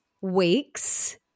weeks